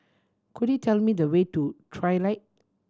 could you tell me the way to Trilight